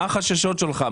מה החששות שלך,